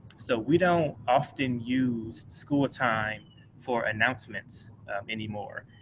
so we don't often use school time for announcements anymore.